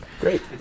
Great